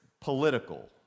political